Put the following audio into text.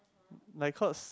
like cause